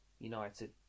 United